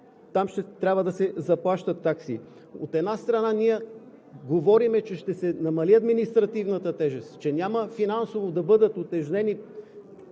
ще трябва да се заплащат такси. От една страна ние говорим, че ще се намали административната тежест, че няма финансово да бъдат утежнени